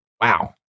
Wow